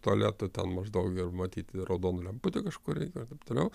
tualeto ten maždaug ir matyt raudona lemputė kažkur ir taip toliau